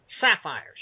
sapphires